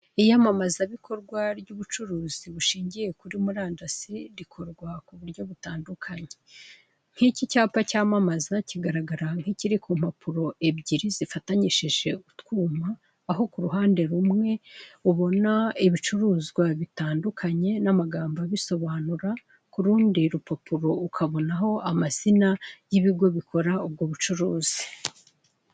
Iyamamazabikorwa ry' ubucuruzi bushingiye kuri murandasi rikorwa kuburyo butandukanye, nk' iki cyapa cyamamaza kigaragara nK' ikiri kumpapuro ebyiri zifatanishije utwuma, aho kuruhande rumwe ubona ibicuruzwa butandukanye namagambo abisobanura kurundi rubapuro ukahabonaho amazina yibigo bikora ubwo bucuruzi.